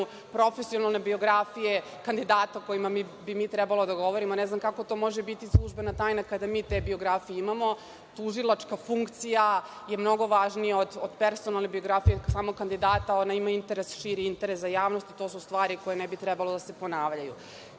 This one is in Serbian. profesionalne biografije kandidata o kojima bi mi trebalo da govorimo. Ne znam kako to može biti službena tajna kada mi te biografije imamo. Tužilačka funkcija je mnogo važnija od personalne biografije samog kandidata. Ona ima širi interes za javnost i to su stvari koje ne bi trebalo da se ponavljaju. Kada